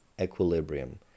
equilibrium